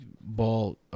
ball